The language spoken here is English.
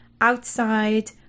Outside